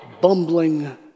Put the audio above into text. bumbling